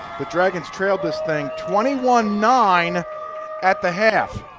the dragons trailed this thing, twenty one nine at the half.